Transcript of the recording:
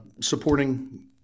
supporting